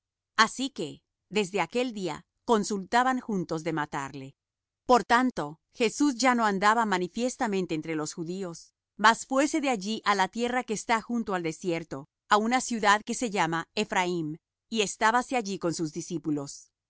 así que desde aquel día consultaban juntos de matarle por tanto jesús ya no andaba manifiestamente entre los judíos mas fuése de allí á la tierra que está junto al desierto á una ciudad que se llama ephraim y estábase allí con sus discípulos